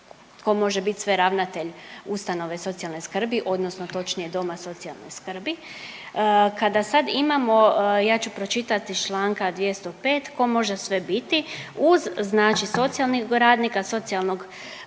tko može biti sve ravnatelj ustanove socijalne skrbi, odnosno točnije doma socijalne skrbi kada sad imamo ja ću pročitati iz članka 205. tko može sve biti uz znači socijalnog radnika, socijalnog